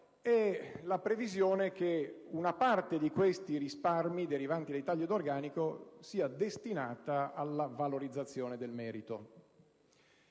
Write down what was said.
è la previsione che una parte dei risparmi derivanti dai tagli di organico sia destinata alla valorizzazione del merito.